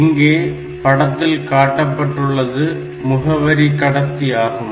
இங்கே படத்தில் காட்டப்பட்டுள்ளது முகவரி கடத்தி ஆகும்